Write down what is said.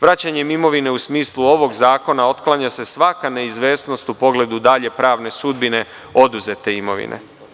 Vraćanjem imovine u smislu ovog zakona otklanja se svaka neizvesnost u pogledu dalje pravne sudbine oduzete imovine.